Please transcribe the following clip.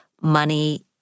money